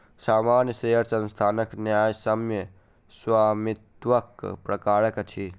सामान्य शेयर संस्थानक न्यायसम्य स्वामित्वक प्रकार अछि